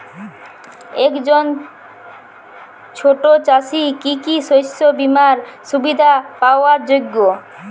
একজন ছোট চাষি কি কি শস্য বিমার সুবিধা পাওয়ার যোগ্য?